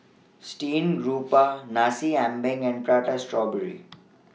Steamed Garoupa Nasi Ambeng and Prata Strawberry